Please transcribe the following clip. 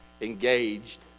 engaged